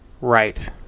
Right